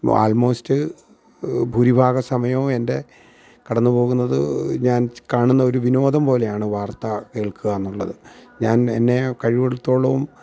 almost ഭൂരിഭാഗ സമയവും എൻ്റെ കടന്നുപോകുന്നത് ഞാൻ കാണുന്ന ഒരു വിനോദം പോലെയാണ് വാർത്ത കേൾക്കുക എന്ന് ഉള്ളത് ഞാൻ എന്നെ കഴിവുടത്തോളവും